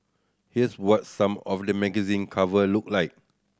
here's what some of the magazine cover looked like